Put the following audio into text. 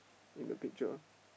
in the picture